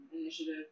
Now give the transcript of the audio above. initiative